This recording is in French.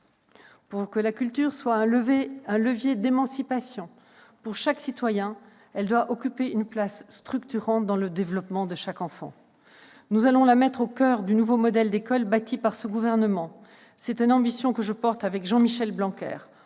Pour que la culture soit un levier d'émancipation pour chaque citoyen, elle doit occuper une place structurante dans le développement de chaque enfant. Nous allons la mettre au coeur du nouveau modèle d'école bâti par ce gouvernement. C'est une ambition que je partage avec Jean-Michel Blanquer,